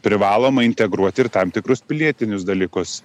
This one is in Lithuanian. privaloma integruoti ir tam tikrus pilietinius dalykus